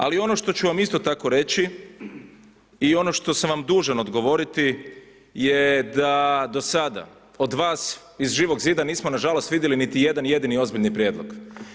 Ali ono što ću vam isto tako reći, i ono što sam vam dužan odgovoriti, je da do sada od vas iz Živog zida nismo nažalost vidjeli niti jedan jedini ozbiljni prijedlog.